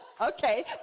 okay